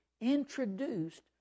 introduced